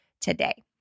today